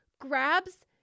grabs